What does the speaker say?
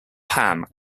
pam